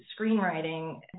screenwriting